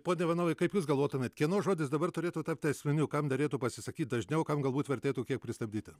pone ivanovai kaip jūs galvotumėt kieno žodis dabar turėtų tapti esminiu kam derėtų pasisakyt dažniau kam galbūt vertėtų kiek pristabdyti